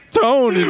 tone